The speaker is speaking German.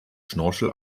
schnorchel